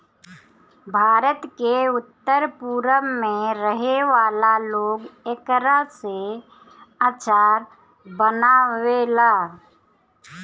भारत के उत्तर पूरब में रहे वाला लोग एकरा से अचार बनावेला